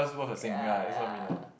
ya ya